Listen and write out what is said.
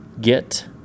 get